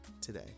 today